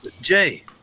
Jay